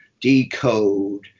decode